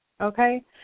Okay